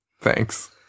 thanks